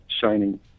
shining